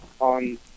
on